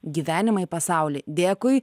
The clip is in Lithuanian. gyvenimą į pasaulį dėkui